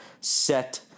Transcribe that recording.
set